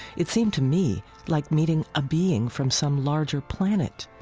it seemed to me like meeting a being from some larger planet,